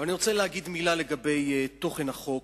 אבל אני רוצה להגיד מלה לגבי תוכן החוק